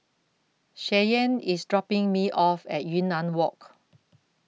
Cheyenne IS dropping Me off At Yunnan Walk